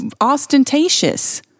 ostentatious